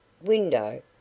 Window